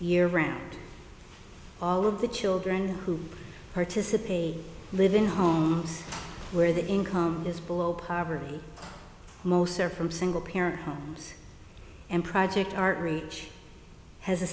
year round all of the children who participate live in homes where the income is below poverty most are from single parent and project are has a